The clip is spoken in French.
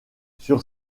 sur